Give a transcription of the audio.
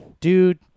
dude